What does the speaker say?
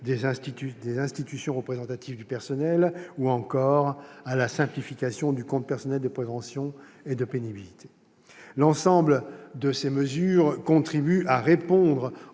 des institutions représentatives du personnel, ou encore à la simplification du compte personnel de prévention de la pénibilité. L'ensemble de ces mesures contribue à répondre